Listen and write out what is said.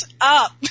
up